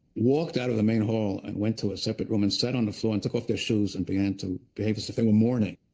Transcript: walked out of the main hall, and went to a separate room and sat on the floor, and took off their shoes and began to behave as if they were mourning.